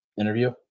interview